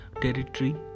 territory